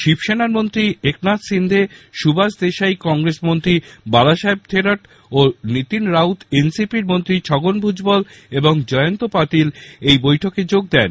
শিবসেনার মন্ত্রী একনাথ সিন্ডে সুভাষ দেশাই কংগ্রেসের মন্ত্রী বালাসাহেব থোরাট ও নীতিন রাউত এনসিপি র মন্ত্রী ছগন ভুজবল এবং জয়ন্ত পালিত এই বৈঠকে যোগ দেন